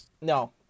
No